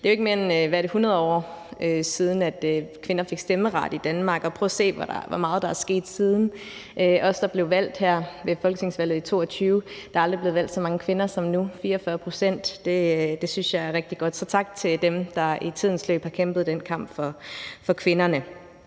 Det er jo ikke mere end omkring 100 år siden, at kvinder fik stemmeret i Danmark, og prøv at se, hvor meget der er sket siden. Der er aldrig før blevet valgt så mange kvinder ved et folketingsvalg, som da vi blev valgt her i 2022 – 44 pct. synes jeg er rigtig godt. Så tak til dem, der i tidens løb har kæmpet den kamp for kvinderne.